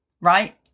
right